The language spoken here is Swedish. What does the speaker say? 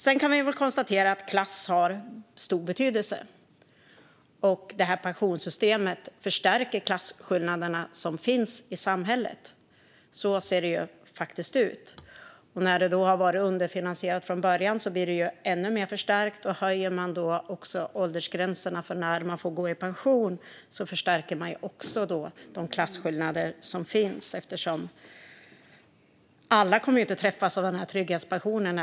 Sedan kan vi väl konstatera att klass har stor betydelse. Det här pensionssystemet förstärker klasskillnaderna som finns i samhället. Så ser det faktiskt ut, och då det varit underfinansierat från början förstärks de ännu mer. Höjer vi då åldersgränserna för när man får gå i pension förstärker vi också de klasskillnader som finns. Alla kommer ju inte att träffas av trygghetspensionen.